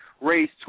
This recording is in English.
raised